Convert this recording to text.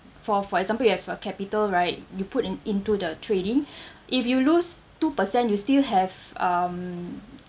for for example you have a capital right you put in into the trading if you lose two percent you still have um